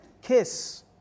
kiss